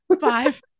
Five